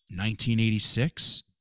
1986